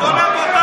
חבר הכנסת אמסלם,